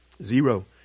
zero